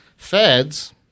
Feds